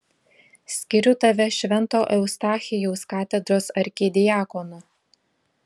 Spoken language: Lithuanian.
skiriu tave švento eustachijaus katedros arkidiakonu